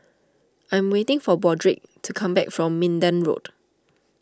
I am waiting for Broderick to come back from Minden Road